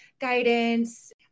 guidance